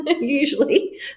usually